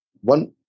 one